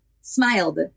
smiled